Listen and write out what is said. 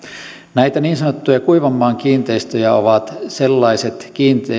näitä niin sanottuja kuivanmaan kiinteistöjä ovat sellaiset